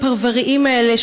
הפרבריים האלה,